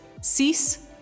cease